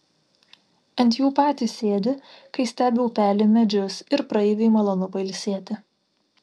ant jų patys sėdi kai stebi upelį medžius ir praeiviui malonu pailsėti